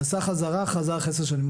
נסע בחזרה וחזר אחרי עשר שנים.